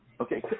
Okay